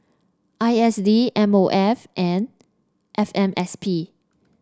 I S D M O F and F M S P